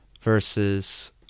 versus